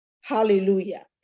hallelujah